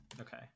okay